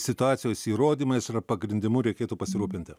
situacijos įrodymais ir pagrindimu reikėtų pasirūpinti